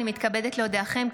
הינני מתכבדת להודיעכם,